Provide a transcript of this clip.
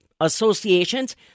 associations